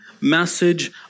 message